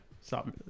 stop